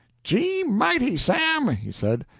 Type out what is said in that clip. gee-mighty, sam! he said.